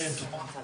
מאוד חשובים,